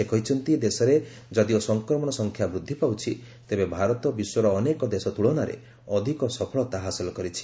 ସେ କହିଛନ୍ତି ଦେଶରେ ଯଦିଓ ସଂକ୍ରମଣ ସଂଖ୍ୟା ବୃଦ୍ଧି ପାଉଛି ତେବେ ଭାରତ ବିଶ୍ୱର ଅନେକ ଦେଶ ତୁଳନାରେ ଅଧିକ ସଫଳତା ହାସଲ କରିଛି